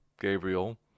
Gabriel